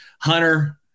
Hunter